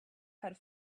had